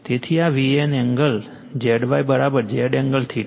તેથી આ VAN angle પણ ZY Z એંગલ છે